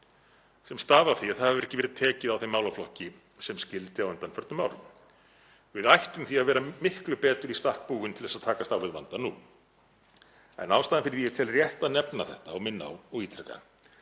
sem stafa af því að ekki hefur verið tekið á þeim málaflokki sem skyldi á undanförnum árum. Við ættum því að vera miklu betur í stakk búin til að takast á við vandann nú. En ástæðan fyrir að ég tel rétt að nefna þetta og minna á og ítreka